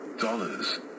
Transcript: dollars